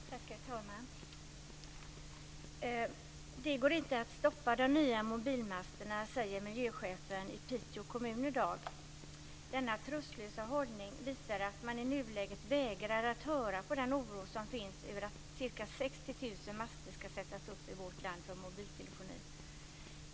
Herr talman! Det går inte att stoppa de nya mobilmasterna, säger miljöchefen i Piteå kommun i dag. Denna tröstlösa hållning visar att man i nuläget vägrar att höra på den oro som finns över att ca 60 000 master ska sättas upp i vårt land för mobiltelefoni.